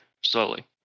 slowly